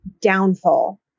downfall